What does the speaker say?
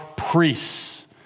priests